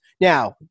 Now